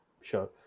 Sure